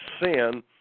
sin